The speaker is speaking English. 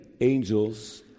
angels